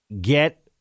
get